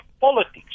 politics